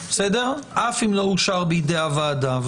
אף אם לא אושר בידי הוועדה.